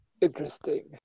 interesting